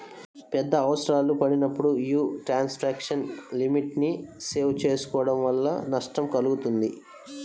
పెద్ద అవసరాలు పడినప్పుడు యీ ట్రాన్సాక్షన్ లిమిట్ ని సెట్ చేసుకోడం వల్ల నష్టం కల్గుతుంది